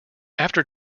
after